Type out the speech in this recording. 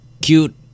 cute